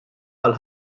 għall